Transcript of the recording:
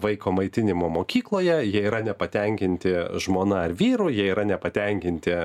vaiko maitinimo mokykloje jie yra nepatenkinti žmona ar vyru jie yra nepatenkinti